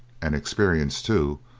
and experience too,